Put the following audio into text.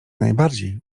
najbardziej